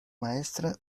maestra